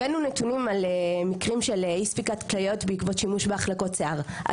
הבאנו נתונים מקרים של אי ספיקת כליות בעקבות שימוש בהחלקות שיער,